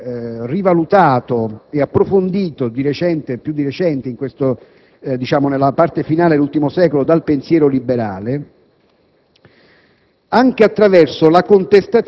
è stato rivisitato, rivalutato e approfondito più di recente nella parte finale dell'ultimo secolo dal pensiero liberale,